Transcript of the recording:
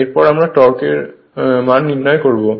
এরপর আমরা টর্ক শুরু করবো